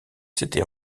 s’était